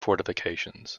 fortifications